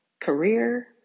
career